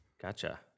Gotcha